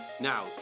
Now